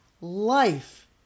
life